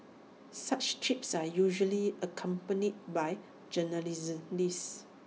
such trips are usually accompanied by